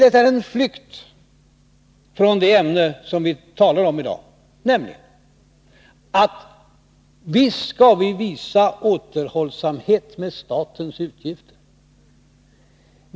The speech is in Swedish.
Detta är en flykt från det ämne vi diskuterar. Visst skall vi visa återhållsamhet med statens utgifter.